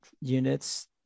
units